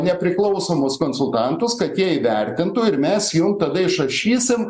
nepriklausomus konsultantus kad jie įvertintų ir mes jum tada išrašysim